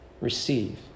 receive